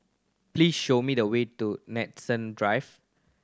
please show me the way to Nanson Drive